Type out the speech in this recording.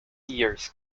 years